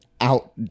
out